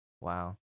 Wow